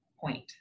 point